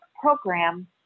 program